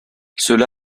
cela